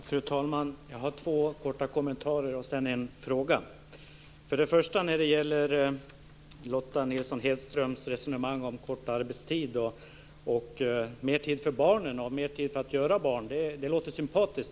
Fru talman! Jag har två kommentarer och sedan en fråga. För det första har vi Lotta Nilsson-Hedströms resonemang om kort arbetstid, mer tid för barnen och mer tid för att göra barn. Det låter sympatiskt.